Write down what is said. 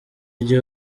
gihe